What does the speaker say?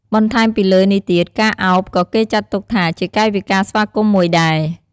បន្ថែមពីលើនេះទៀត ការឱបក៏គេចាត់ទុកថាជាកាយវិការស្វាគមន៍មួយដែរ។